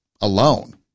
alone